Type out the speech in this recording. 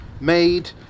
made